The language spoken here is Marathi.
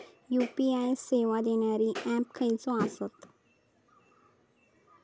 यू.पी.आय सेवा देणारे ऍप खयचे आसत?